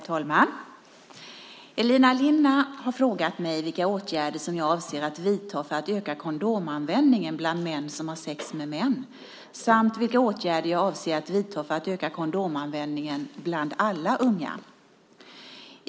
Herr talman! Elina Linna har frågat mig vilka åtgärder som jag avser att vidta för att öka kondomanvändningen bland män som har sex med män samt vilka åtgärder som jag avser att vidta för att öka kondomanvändningen bland alla unga.